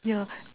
yeah